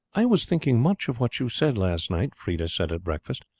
i was thinking much of what you said last night, freda said at breakfast.